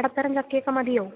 ഇടത്തരം ചക്കയൊക്കെ മതിയോ